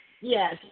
yes